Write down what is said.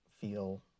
feel